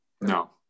No